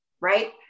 Right